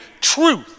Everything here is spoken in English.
truth